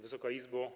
Wysoka Izbo!